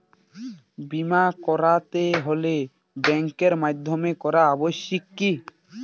বিমা করাতে হলে ব্যাঙ্কের মাধ্যমে করা আবশ্যিক কি?